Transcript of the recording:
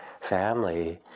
family